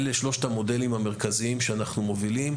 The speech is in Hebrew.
אלה שלושת המודלים המרכזיים שאנחנו מובילים,